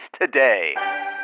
today